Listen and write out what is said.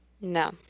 No